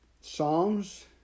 Psalms